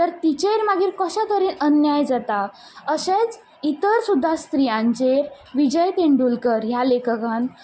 तर तिचेर मगाीर कशें तरेन अन्याय जाता अशेंच इतर सुद्दां स्त्रियांचेर विजय तेंडुलकर ह्या लेखकान